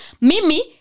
Mimi